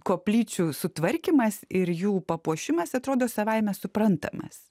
koplyčių sutvarkymas ir jų papuošimas atrodo savaime suprantamas